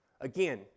Again